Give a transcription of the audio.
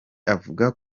avuga